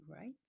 right